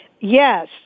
yes